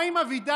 מה עם אבידר?